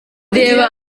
reba